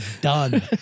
done